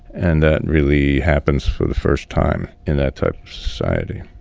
and that really happens for the first time in that type of society.